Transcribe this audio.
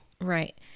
Right